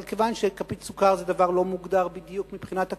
אבל כיוון שכפית סוכר זה דבר לא מוגדר בדיוק מבחינת הכמות,